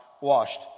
washed